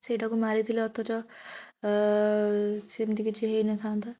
ସେଇଟାକୁ ମାରିଥିଲେ ଅଥଚ ସେମିତି କିଛି ହେଇନଥାନ୍ତା